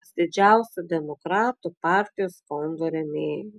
vienas didžiausių demokratų partijos fondų rėmėjų